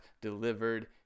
delivered